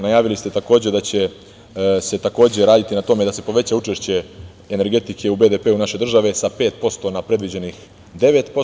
Najavili ste takođe da će se raditi na tome da će poveća učešće energetike u BDP naše države sa 5% na predviđenih 9%